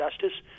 justice